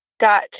got